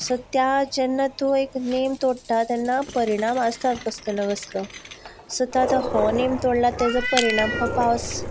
so त्या जेन्ना तूं एक नेम तोडटा तेन्ना परिणाम आसताच कसलो ना कसलो सो आतां हो नेम तोडला तो परिणान हो पावस